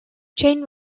chain